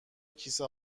کیسه